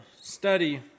study